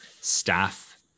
staff